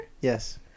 Yes